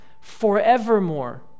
Forevermore